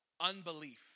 unbelief